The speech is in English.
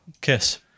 Kiss